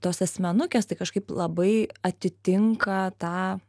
tos asmenukės tai kažkaip labai atitinka tą